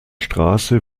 straße